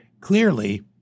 clearly